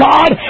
God